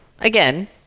again